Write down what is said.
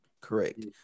correct